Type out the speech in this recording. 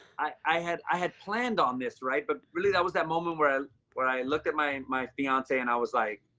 i had i had planned on this, right? but really that was that moment where i where i looked at my my fiancee and i was like,